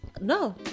No